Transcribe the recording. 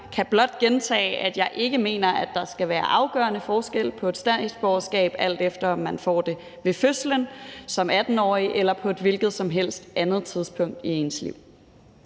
jeg kan blot gentage, at jeg ikke mener, at der skal være afgørende forskel på et statsborgerskab, alt efter om man får det ved fødslen, som 18-årig eller på et hvilket som helst andet tidspunkt i ens liv.